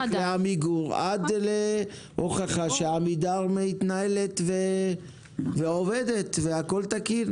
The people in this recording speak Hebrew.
לעמיגור עד להוכחה שעמידר מתנהלת ועובדת והכול תקין.